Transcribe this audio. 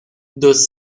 those